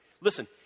Listen